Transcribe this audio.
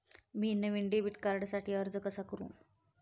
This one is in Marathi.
मी नवीन डेबिट कार्डसाठी अर्ज कसा करु?